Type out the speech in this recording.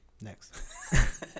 next